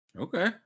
Okay